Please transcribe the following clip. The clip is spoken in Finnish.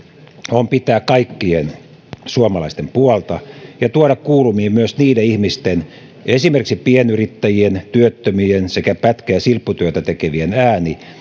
on pitää kaikkien suomalaisten puolta ja tuoda kuuluviin myös niiden ihmisten ääni esimerkiksi pienyrittäjien työttömien sekä pätkä ja silpputyötä tekevien